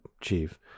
chief